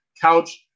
couch